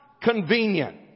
convenient